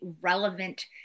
relevant